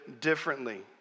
differently